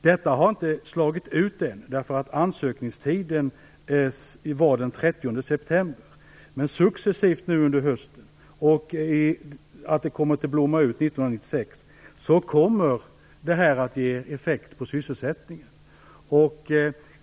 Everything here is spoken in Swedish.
Detta har inte slagit ut än, eftersom ansökningstiden utgick den 30 september, men successivt under hösten och under 1996 kommer det att blomma ut i form av effekter på sysselsättningen.